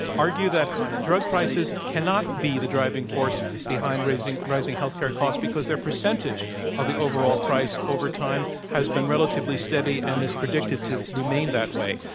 argue that drug prices cannot be the driving force behind rising rising health care costs because their percentage of the overall price over time has been relatively steady and is predicted to remain that way.